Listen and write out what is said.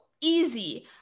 easy